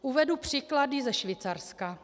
Uvedu příklady ze Švýcarska.